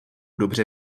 dobře